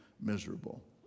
miserable